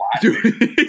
Dude